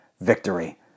victory